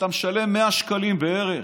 אתה משלם 100 שקלים בערך.